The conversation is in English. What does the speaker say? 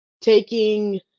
taking